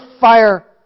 fire